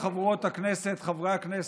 חבריי חברות הכנסת וחברי הכנסת,